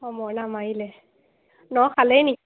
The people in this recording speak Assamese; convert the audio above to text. অঁ মৰণা মাৰিলে ন খালেই নি